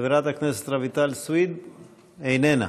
חברת הכנסת רויטל סויד, איננה.